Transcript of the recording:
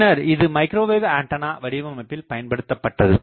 பின்னர் இது microwave antenna வடிவமைப்பில் பயன்படுத்தப்பட்டது